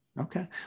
Okay